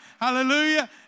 hallelujah